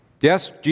Yes